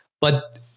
but-